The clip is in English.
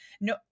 no